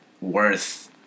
worth